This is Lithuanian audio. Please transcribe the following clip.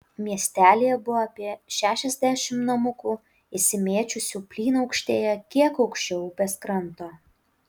miestelyje buvo apie šešiasdešimt namukų išsimėčiusių plynaukštėje kiek aukščiau upės kranto